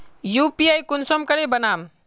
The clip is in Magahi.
यु.पी.आई कुंसम करे बनाम?